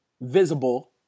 visible